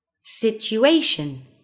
Situation